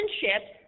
friendship